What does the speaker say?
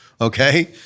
okay